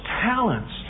talents